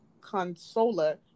Consola